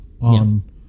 on